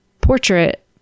portrait